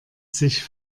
sich